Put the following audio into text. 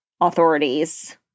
authorities